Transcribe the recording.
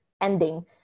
ending